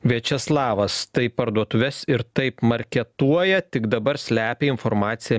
viačeslavas tai parduotuves ir taip marketuoja tik dabar slepia informaciją